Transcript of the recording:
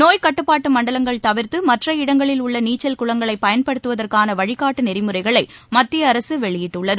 நோய்க் கட்டுப்பாட்டு மண்டலங்கள் தவிர்த்து மற்ற இடங்களில் உள்ள நீச்சல் குளங்களை பயன்படுத்துவதற்கான வழிகாட்டு நெறிமுறைகளை மத்திய அரசு வெளியிட்டுள்ளது